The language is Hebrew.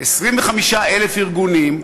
25,000 ארגונים,